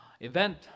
event